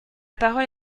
parole